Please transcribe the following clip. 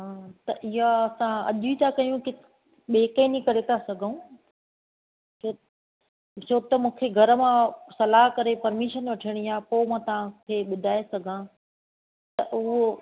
त इहा असां अॼ ई था कयूं ॿिए कंहिं ॾींहुं करे था सघूं छो छो त मूंखे घरु मां सलाहि करे परमिशन वठणी आहे पोइ मां तव्हांखे ॿुधाए सघां त उहो